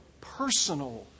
personal